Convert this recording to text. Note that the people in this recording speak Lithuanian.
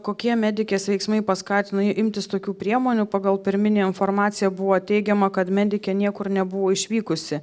kokie medikės veiksmai paskatino imtis tokių priemonių pagal pirminę informaciją buvo teigiama kad medikė niekur nebuvo išvykusi